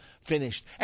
finished